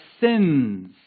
sins